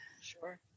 Sure